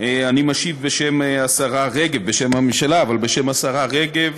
אני משיב בשם הממשלה, בשם השרה רגב.